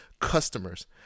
customers